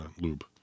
lube